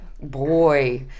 Boy